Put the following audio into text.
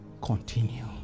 continue